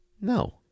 No